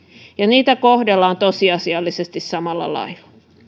ja niitä kohdellaan tosiasiallisesti samalla lailla